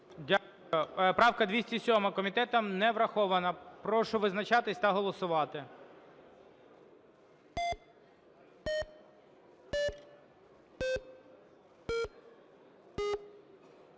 Дякую. Правка 207 комітетом не врахована. Прошу визначатися та голосувати.